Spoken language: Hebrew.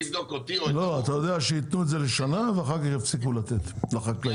אתה יודע שיתנו את זה לשנה ואחר כך יפסיקו לתת לחקלאים,